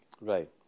Right